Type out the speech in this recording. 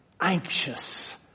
anxious